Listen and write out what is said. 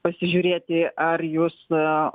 pasižiūrėti ar jūs